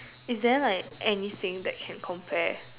is there like anything that can compare